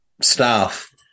staff